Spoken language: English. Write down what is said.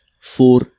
four